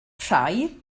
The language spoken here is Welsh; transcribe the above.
rhai